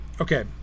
Okay